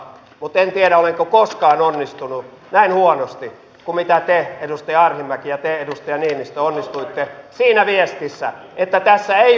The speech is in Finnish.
sotilaallisen kriisinhallinnan ajankohtainen tilanne huomioiden oli posiitivista että sdp ja vihreät esittivät lisämäärärahaa sotilaallisen kriisinhallinnan kalustomenoihin